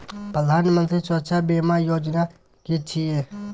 प्रधानमंत्री सुरक्षा बीमा योजना कि छिए?